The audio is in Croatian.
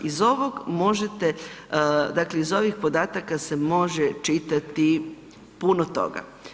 Iz ovog možete, dakle iz ovih podataka se može čitati puno stoga.